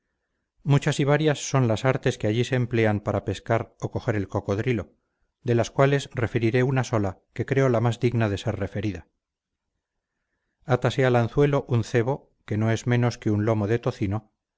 muchas y varias son las artes que allí se emplean para pescar o coger el cocodrilo de las cuales referiré una sola que creo la más digna de ser referida atase al anzuelo un cebo que no es menos que un lomo de tocino